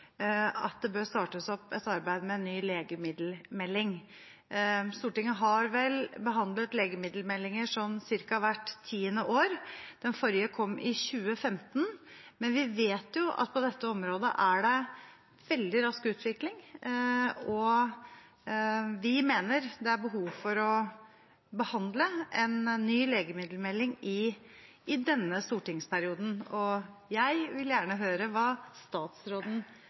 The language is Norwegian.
at det bør startes opp et arbeid med en ny legemiddelmelding. Stortinget har vel behandlet legemiddelmeldinger ca. hvert tiende år. Den forrige kom i 2015, men vi vet jo at på dette området er det en veldig rask utvikling, og vi mener det er behov for å behandle en ny legemiddelmelding i denne stortingsperioden. Jeg vil gjerne høre hva statsråden